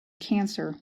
cancer